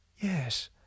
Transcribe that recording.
Yes